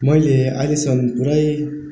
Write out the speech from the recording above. मैले अहिलेसम्म पूरै